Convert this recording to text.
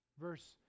verse